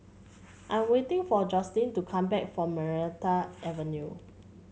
I'm waiting for Joselyn to come back from Maranta Avenue